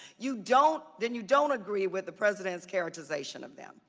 you don't, then you don't agree with the president's characterization of them?